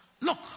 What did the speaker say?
Look